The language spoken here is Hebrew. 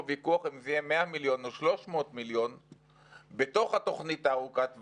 ויכוח אם זה יהיה 100 מיליון או 300 מיליון בתוך תוכנית ארוכת הטווח,